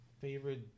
Favorite